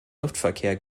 luftverkehr